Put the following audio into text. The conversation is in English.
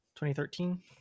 2013